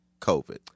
COVID